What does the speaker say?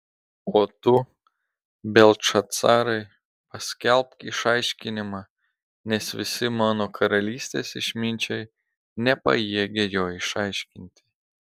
o tu beltšacarai paskelbk išaiškinimą nes visi mano karalystės išminčiai nepajėgia jo išaiškinti